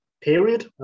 period